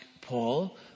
Paul